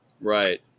Right